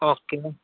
okay